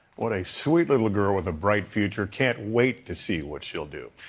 what a sweet little girl with a bright future. can't wait to see what she'll do.